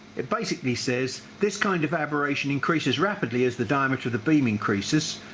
it basically says this kind of aberration increases rapidly as the diameter of the beam increases,